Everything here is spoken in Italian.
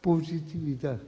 positività